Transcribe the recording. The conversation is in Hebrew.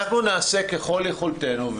נעשה ככל יכולתנו,